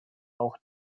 auch